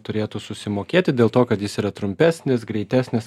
turėtų susimokėti dėl to kad jis yra trumpesnis greitesnis